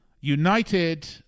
United